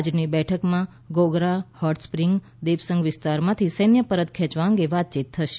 આજની બેઠકમાં Gogra hot spring Depsang વિસ્તારોમાંથી સૈન્ય પરત ખેંચવા અંગે વાતચીત થશે